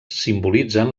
simbolitzen